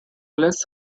less